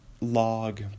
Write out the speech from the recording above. log